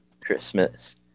Christmas